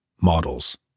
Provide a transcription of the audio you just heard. models